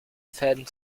fäden